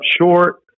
short